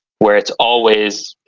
where it's always.